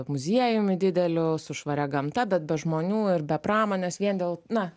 muziejumi dideliu su švaria gamta bet be žmonių ir be pramonės vien dėl na